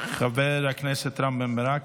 חבר הכנסת רם בן ברק,